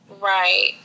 right